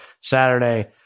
Saturday